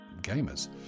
gamers